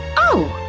oh,